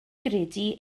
gredu